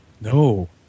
No